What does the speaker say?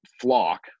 flock